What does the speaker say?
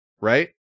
right